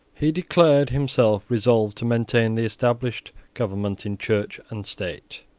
he declared himself resolved to maintain the established government in church and state.